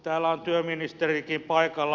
täällä on työministerikin paikalla